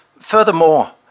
Furthermore